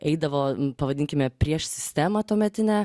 eidavo pavadinkime prieš sistemą tuometinę